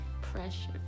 Pressure